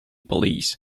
police